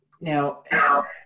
Now